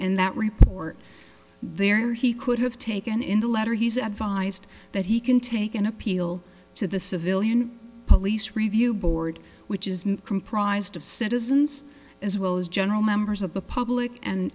in that report there he could have taken in the letter he's advised that he can take an appeal to the civilian police review board which is comprised of citizens as well as general members of the public and